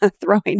throwing